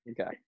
Okay